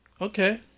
Okay